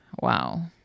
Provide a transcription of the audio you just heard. wow